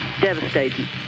devastating